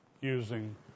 using